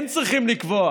הם צריכים לקבוע